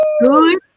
good